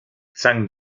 zhang